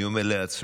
אני אומר לעצמי: